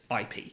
ip